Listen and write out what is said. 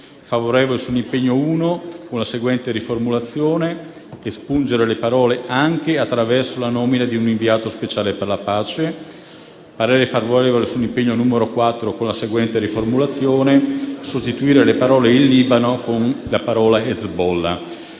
favorevole sull'impegno 1 con la seguente riformulazione: espungere le parole «anche attraverso la nomina di un inviato speciale per la pace». Esprime parere favorevole sull'impegno numero 4, con la seguente riformulazione: sostituire le parole «il Libano» con la parola «Hezbollah».